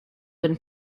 when